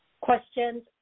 questions